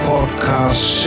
Podcast